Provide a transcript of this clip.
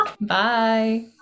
Bye